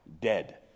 Dead